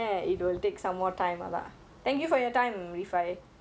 thank you for your time farhanah see you soon